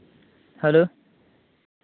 hello